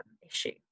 issue